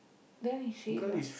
then she must